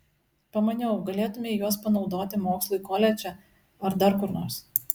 pamaniau galėtumei juos panaudoti mokslui koledže ar dar kur nors